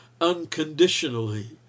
unconditionally